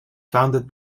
founded